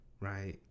Right